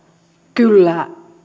kyllä korreloi